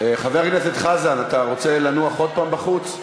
חבר הכנסת חזן, אתה רוצה לנוח עוד פעם בחוץ?